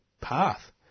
path